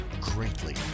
greatly